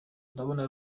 ndabona